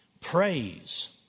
Praise